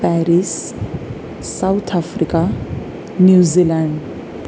Paris South Africa New Zealand